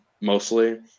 mostly